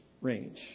range